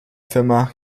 firma